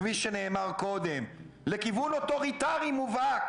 כמו שנאמר קודם, לכיוון אוטוריטרי מובהק